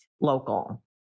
local